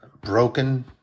broken